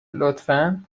لطفا